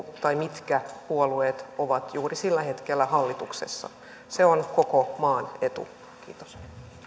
tai mitkä puolueet ovat juuri sillä hetkellä hallituksessa se on koko maan etu kiitos